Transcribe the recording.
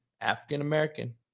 African-American